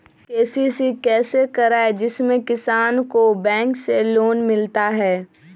KCC कैसे कराये जिसमे किसान को बैंक से लोन मिलता है?